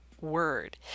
word